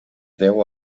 deu